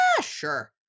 sure